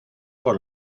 por